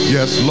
Yes